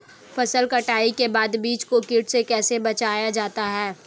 फसल कटाई के बाद बीज को कीट से कैसे बचाया जाता है?